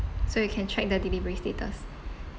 so you can track the delivery status